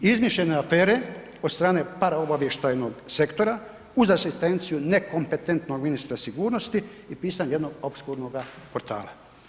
Izmišljene afere od strane paraobavještajnog sektora, uz asistenciju nekompetentnog ministra sigurnosti i pisanje jednog opskurnoga portala.